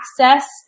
access